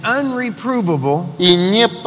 unreprovable